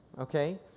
okay